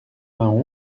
vingt